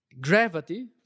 gravity